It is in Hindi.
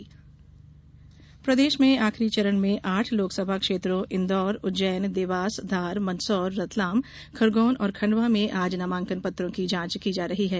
नामांकन जांच प्रदेश में आखिरी चरण में आठ लोकसभा क्षेत्रों इन्दौर उज्जैन देवास धार मंदसौर रतलाम खरगोन और खंडवा में आज नामांकन पत्रों की जांच की जा रही है